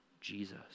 Jesus